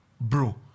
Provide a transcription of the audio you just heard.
bro